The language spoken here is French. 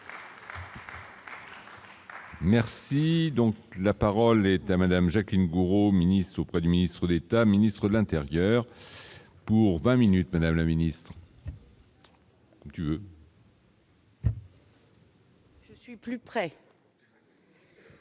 Merci donc la parole est à Madame Jacqueline Gourault, ministre auprès du ministre d'État, ministre de l'Intérieur pour 20 Minutes la ministre. Je suis plus près.